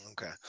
Okay